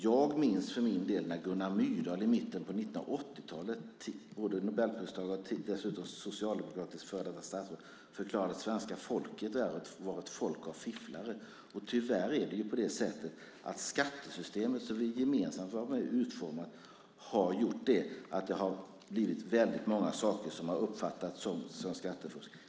Jag minns för min del när Gunnar Myrdal, Nobelpristagare och dessutom socialdemokratiskt före detta statsråd, i mitten av 1980-talet förklarade att svenska folket var ett folk av fifflare. Tyvärr kan väldigt många saker i det skattesystem som vi gemensamt har utformat uppfattas som fusk.